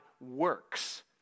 works